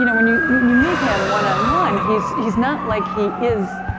you know when you, you and you meet him one on one he's, he's not like he is,